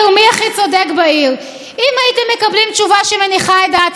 ברגע שקיבלתם תשובה שלא הנחתם את דעתכם,